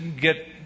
get